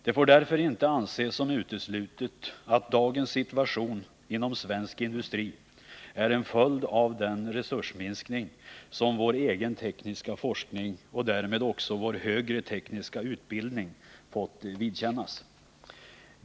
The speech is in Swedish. Det får därför inte anses uteslutet att dagens situation inom svensk industri är en följd av den resursminskning som vår egen tekniska forskning och därmed också vår högre tekniska utbildning fått vidkännas.